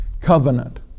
Covenant